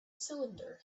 cylinder